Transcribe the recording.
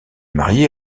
marié